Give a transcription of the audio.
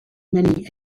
many